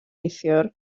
neithiwr